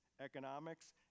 economics